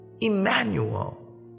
Emmanuel